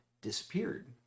disappeared